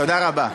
תודה רבה.